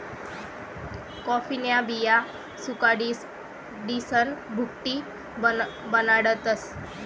कॉफीन्या बिया सुखाडीसन भुकटी बनाडतस